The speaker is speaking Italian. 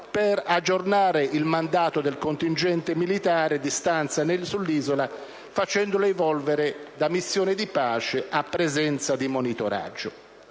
per aggiornare il mandato del contingente militare di stanza sull'isola facendolo evolvere da missione di pace a presenza di monitoraggio.